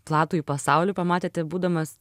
platųjį pasaulį pamatėte būdamas